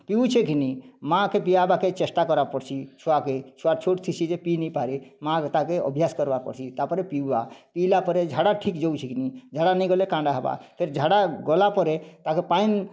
ପିଉଛେ କି ନେଇ ମାଆକେ ପିଆବାକେ ଚେଷ୍ଟା କର୍ବାକେ ପଡ଼ସି ଛୁଆ କେ ଛୁଆ ଛୋଟ ଥିସି ଯେ ପିଇ ନେଇପାରେ ମାଆ ତାକେ ଅଭ୍ୟାସ କରାବାକେ ପଡ଼ୁସି ତା'ପରେ ପିଉବା ପିଇଲା ପରେ ଝାଡ଼ା ଠିକ ଯାଉଛେ କି ନେଇ ଝାଡ଼ା ନେଇ ଗଲା କାଣା ହାବା ଫେରେ ଝାଡ଼ା ଗଲା ପରେ ତାକୁ ପାଏନ